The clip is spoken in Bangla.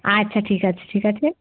আচ্ছা ঠিক আছে ঠিক আছে